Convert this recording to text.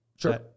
Sure